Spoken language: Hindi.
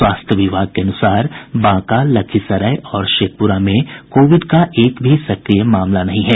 स्वास्थ्य विभाग के अनुसार बांका लखीसराय और शेखपुरा में कोविड का एक भी सक्रिय मामला नहीं है